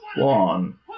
One